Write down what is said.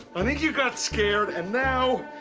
i think you got scared and now,